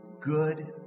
good